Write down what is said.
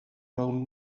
rownd